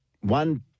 one